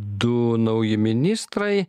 du nauji ministrai